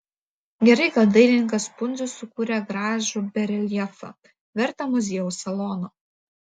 gerai kad dailininkas pundzius sukūrė gražų bareljefą vertą muziejaus salono